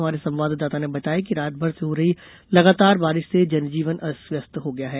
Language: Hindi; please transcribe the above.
हमारे संवाददाता ने बताया है कि रात भर से हो रही लगातार बारिश से जनजीवन अस्त व्यस्त हो गया है